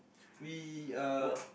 we uh